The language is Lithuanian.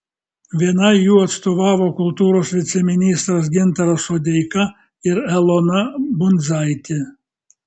vienai jų atstovavo kultūros viceministras gintaras sodeika ir elona bundzaitė